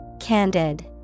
Candid